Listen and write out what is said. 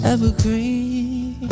Evergreen